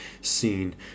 scene